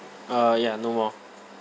uh ya no more